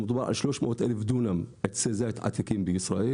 מדובר על 300,000 דונם עצי זית עתיקים בישראל